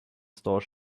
store